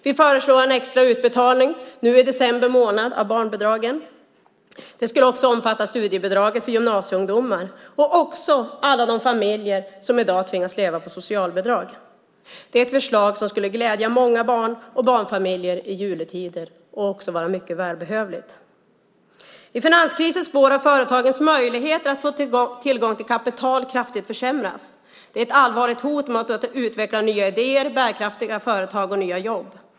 Vi föreslår en extra utbetalning nu i december månad av barnbidraget, och det skulle också omfatta studiebidraget till gymnasieungdomar och alla de familjer som i dag tvingas leva på socialbidrag. Det är ett förslag som skulle glädja många barn och barnfamiljer i juletider och vara mycket välbehövligt. I finanskrisens spår har företagens möjligheter att få tillgång till kapital kraftigt försämrats. Det är ett allvarligt hot mot utvecklandet av nya idéer, bärkraftiga företag och nya jobb.